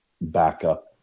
backup